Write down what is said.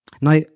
Now